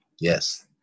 Yes